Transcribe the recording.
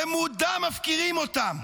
במודע מפקירים אותם.